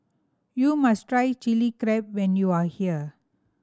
you must try Chilli Crab when you are here